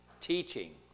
teaching